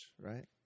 right